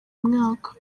mwaka